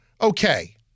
okay